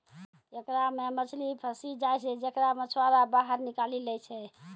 एकरा मे मछली फसी जाय छै जेकरा मछुआरा बाहर निकालि लै छै